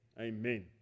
Amen